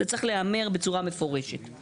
זה צריך להיאמר בצורה מפורשת.